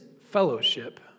fellowship